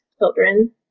children